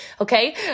okay